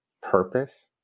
purpose